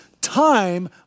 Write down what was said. time